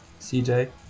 CJ